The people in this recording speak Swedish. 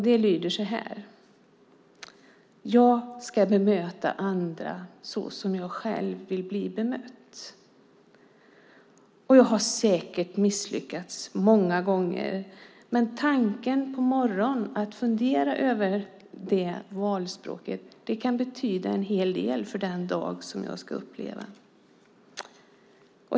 Det lyder så här: Jag ska bemöta andra så som jag själv vill bli bemött. Jag har säkert misslyckats många gånger, men att fundera på detta valspråk på morgonen kan betyda en hel del för den dag jag ska uppleva.